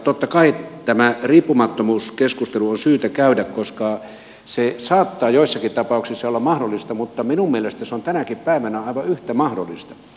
totta kai tämä riippumattomuuskeskustelu on syytä käydä koska se saattaa joissakin tapauksissa olla mahdollista mutta minun mielestäni se on tänäkin päivänä aivan yhtä mahdollista